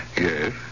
Yes